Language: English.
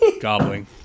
Gobbling